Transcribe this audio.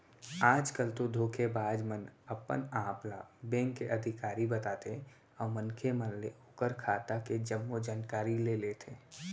आज कल तो धोखेबाज मन अपन आप ल बेंक के अधिकारी बताथे अउ मनखे मन ले ओखर खाता के जम्मो जानकारी ले लेथे